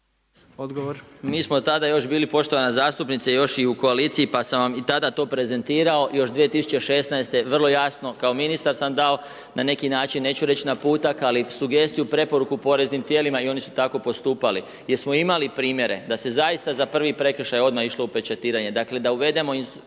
Zdravko** Mi smo tada još bili poštovana zastupnice još i u koaliciji pa sam vam i tada to prezentirao još 2016. vrlo jasno kao ministar sam dao na neki način, neću reći naputak ali sugestiju preporuku poreznim tijelima i oni su tako postupali. Jer smo imali primjere da se zaista za prvi prekršaj odmah išlo u pečatiranje. Dakle da uvedemo